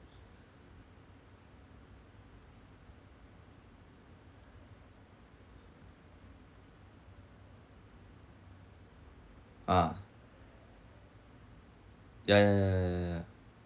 ah ya ya ya ya ya ya ya